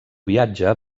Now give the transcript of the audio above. viatge